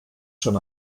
schon